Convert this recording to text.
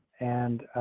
and.